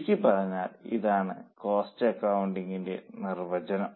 ചുരുക്കി പറഞ്ഞാൽ ഇതാണ് കോസ്റ്റ് അക്കൌണ്ടിങ്ങിന്റെ നിർവചനം